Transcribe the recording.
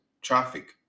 Traffic